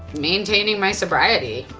maintaining my sobriety.